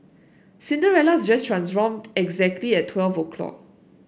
Cinderella's dress transformed exactly at twelve o'clock